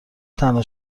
تنها